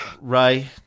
Ray